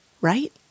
right